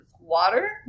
Water